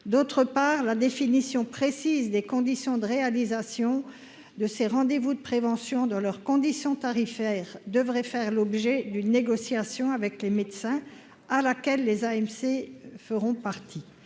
d'autre part, la définition précise des conditions de réalisation de ces rendez-vous de prévention dans leurs conditions tarifaires devraient faire l'objet d'une négociation avec les médecins, à laquelle les AMC feront partie,